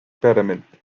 pyramid